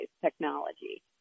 technology